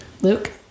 Luke